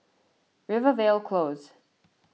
Rivervale Close